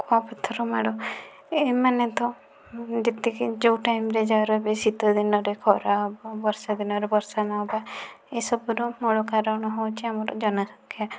କୁଆପଥର ମାଡ଼ ଏମାନେ ତ ଯେତିକି ଯେଉଁ ଟାଇମରେ ଯାହାର ଏବେ ଶୀତ ଦିନରେ ଖରା ହେବା ବର୍ଷା ଦିନରେ ବର୍ଷା ନହେବା ଏସବୁର ମୂଳ କାରଣ ହେଉଛି ଆମର ଜନସଂଖ୍ୟା